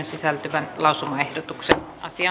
sisältyvän lausumaehdotuksen